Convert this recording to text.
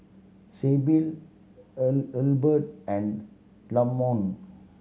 Sybil Hilbert and Lamont